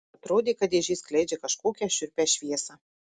atrodė kad dėžė skleidžia kažkokią šiurpią šviesą